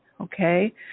okay